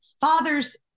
fathers